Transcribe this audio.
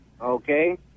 Okay